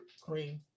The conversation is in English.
cream